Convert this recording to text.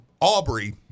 Aubrey